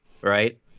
Right